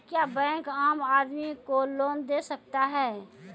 क्या बैंक आम आदमी को लोन दे सकता हैं?